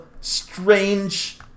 strange